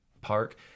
Park